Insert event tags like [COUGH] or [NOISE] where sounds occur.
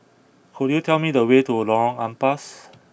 could you tell me the way to Lorong Ampas [NOISE]